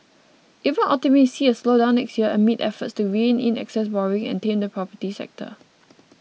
even optimists see a slowdown next year amid efforts to rein in excess borrowing and tame the property sector